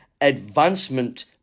advancement